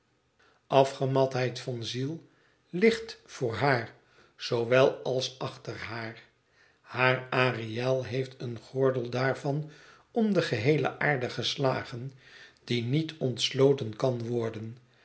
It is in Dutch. afgematheid van ziel ligt voor haar zoowel als achter haar haar ariël heeft een gordel daarvan om de geheele aarde geslagen die niet ontsloten kan worden